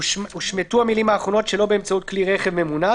הושמטו המילים האחרונות "שלא באמצעות כלי רכב ממונע".